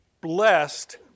Blessed